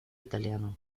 italiano